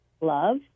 love